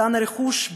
אובדן הרכוש,